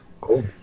Cool